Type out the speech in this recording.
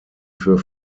für